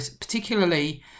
particularly